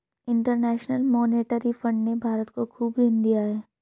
international monetary fund ने भारत को खूब ऋण दिया है